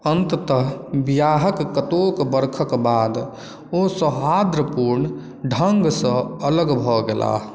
अन्ततः विवाहक कतोक बरखक बाद ओ सौहार्द्रपूर्ण ढङ्गसँ अलग भऽ गेलाह